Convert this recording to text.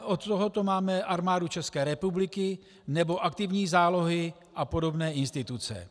Od toho tu máme Armádu České republiky nebo aktivní zálohy a podobné instituce.